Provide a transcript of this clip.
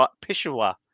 Peshawar